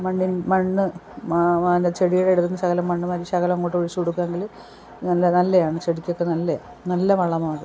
മണ്ണിൻ മണ്ണ് മാ ചെടീടുത്ത് ശകലം മണ്ണ് വാരി ശകലങ്ങോട്ട് ഒഴിച്ചു കൊടുക്കാങ്കിൽ നല്ല നല്ലതാണ് ചെടിക്കൊക്കെ നല്ലതാണ് നല്ല വളമാണ് അത്